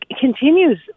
continues